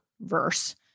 verse